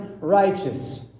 righteous